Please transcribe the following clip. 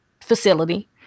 facility